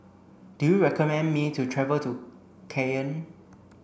do you recommend me to travel to Cayenne